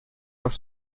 doch